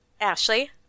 Ashley